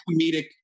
comedic